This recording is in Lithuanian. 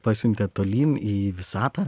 pasiuntė tolyn į visatą